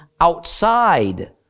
outside